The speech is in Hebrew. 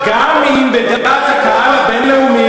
גם אם בדעת הקהל הבין-לאומית,